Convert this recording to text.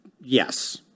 Yes